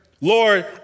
Lord